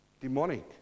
Demonic